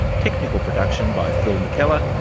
technical production by phil mckeller,